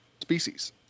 species